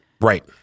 Right